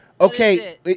Okay